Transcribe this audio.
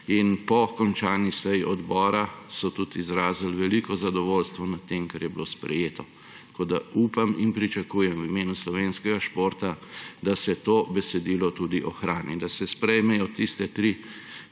in po končani seji odbora so tudi izrazili veliko zadovoljstvo nad tem, kar je bilo sprejeto. Tako da upam in pričakujem v imenu slovenskega športa, da se to besedilo tudi ohrani in da se sprejmejo tiste tri,